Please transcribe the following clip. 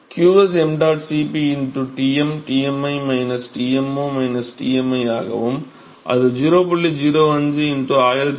qs ṁ Cp Tm Tmi Tmo Tmi ஆகவும் அது 0